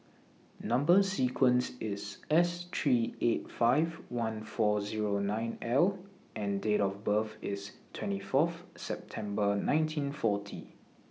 Number sequence IS S three eight five one four Zero nine L and Date of birth IS twenty Fourth September nineteen forty